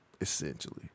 Essentially